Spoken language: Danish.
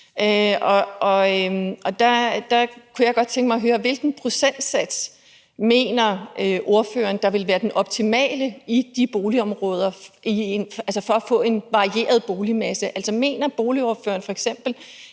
og der kunne jeg godt tænke mig at høre, hvilken procentsats ordføreren mener der vil være den optimale i de boligområder for at få en varieret boligmasse. Altså, mener boligordføreren